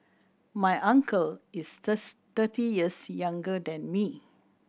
my uncle is thirty years younger than me